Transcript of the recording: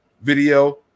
video